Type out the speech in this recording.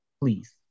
please